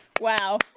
Wow